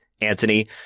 Anthony